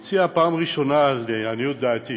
הוא הציע, פעם ראשונה לעניות דעתי,